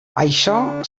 això